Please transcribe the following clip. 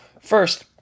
First